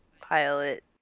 pilot